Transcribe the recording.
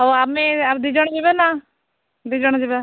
ହଉ ଆମେ ଆଉ ଦୁଇ ଜଣ ଯିବା ନା ଦୁଇ ଜଣ ଯିବା